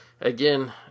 again